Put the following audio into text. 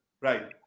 right